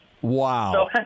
Wow